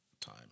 time